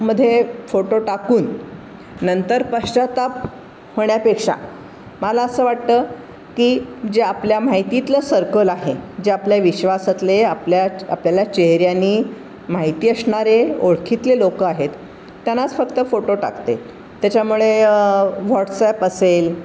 मध्ये फोटो टाकून नंतर पश्चाताप होण्यापेक्षा मला असं वाटतं की जे आपल्या माहितीतलं सर्कल आहे जे आपल्या विश्वासातले आपल्या आपल्याला चेहऱ्याने माहिती असणारे ओळखीतले लोक आहेत त्यांनाच फक्त फोटो टाकते त्याच्यामुळे व्हॉट्सॲप असेल